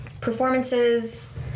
Performances